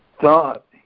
thought